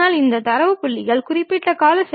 ஒருவேளை இங்கே ஒரு பொருள் இருக்கலாம்